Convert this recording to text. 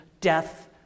death